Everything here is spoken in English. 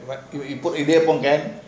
you you put more man